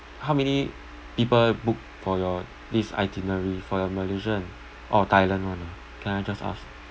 how many people booked for your this itinerary for your malaysia and or thailand [one] ah can I just ask